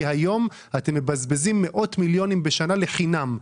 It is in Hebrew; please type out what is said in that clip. כי היום אתם מבזבזים מאות מיליונים בשנה לחינם.